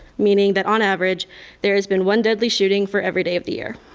meaning that on average there has been one deadly shooting for every day of the year.